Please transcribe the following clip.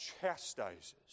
chastises